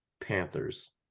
panthers